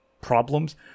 problems